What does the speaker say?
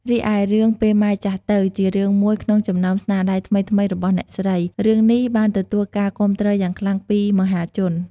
រីឯ រឿង ពេលម៉ែចាស់ទៅ ជារឿងមួយក្នុងចំណោមស្នាដៃថ្មីៗរបស់អ្នកស្រី រឿងនេះបានទទួលការគាំទ្រយ៉ាងខ្លាំងពីមហាជន។